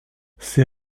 ses